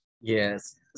Yes